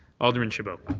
alderman chabot.